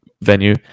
venue